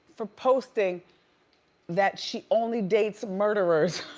for posting that she only dates murderers.